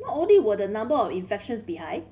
not only will the number of infections be high